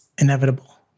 inevitable